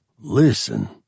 listen